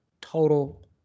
total